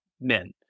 men